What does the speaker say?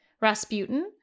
Rasputin